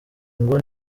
ngo